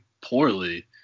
poorly